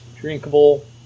drinkable